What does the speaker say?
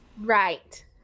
Right